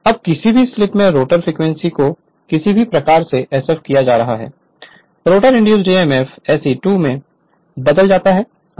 अब किसी भी स्लिप में रोटर फ्रीक्वेंसी को किसी भी प्रकार से sf किया जा रहा है रोटर इंड्यूस्ड emf SE2 में बदल जाता है